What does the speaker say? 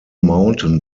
mountain